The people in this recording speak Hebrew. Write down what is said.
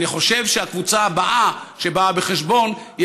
אני חושב שהקבוצה הבאה שבאה בחשבון היא